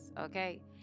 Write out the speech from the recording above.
okay